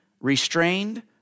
restrained